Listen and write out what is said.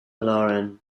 loren